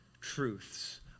truths